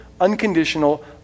unconditional